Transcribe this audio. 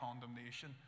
condemnation